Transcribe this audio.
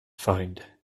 find